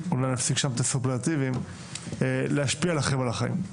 להשפיע לכם על החיים.